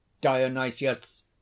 dionysius